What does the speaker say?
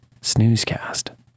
snoozecast